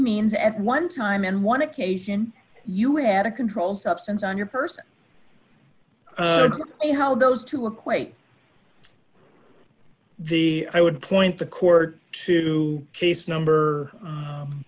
means at one time in one occasion you had a controlled substance on your person and how those two equate the i would point the court to case number